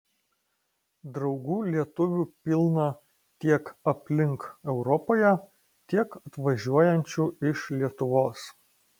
draugų lietuvių pilna tiek aplink europoje tiek atvažiuojančių iš lietuvos